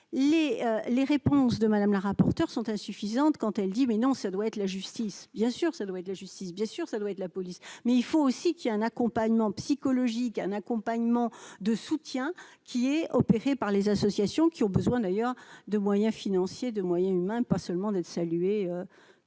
les réponses de Madame la rapporteure sont insuffisantes quand elle dit : mais non, ça doit être la justice, bien sûr, ça doit être la justice, bien sûr, ça doit être la police mais il faut aussi qu'il y a un accompagnement psychologique, un accompagnement de soutien qui est opéré par les associations. Qui ont besoin d'ailleurs de moyens financiers, de moyens humains, pas seulement d'être salué